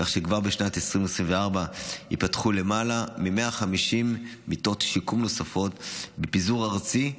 כך שכבר בשנת 2024 ייפתחו למעלה מ-150 מיטות שיקום נוספות בפיזור ארצי,